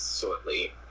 shortly